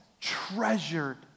treasured